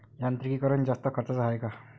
यांत्रिकीकरण जास्त खर्चाचं हाये का?